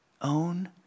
Own